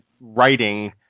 writing